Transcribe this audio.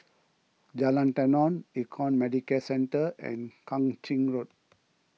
Jalan Tenon Econ Medicare Centre and Kang Ching Road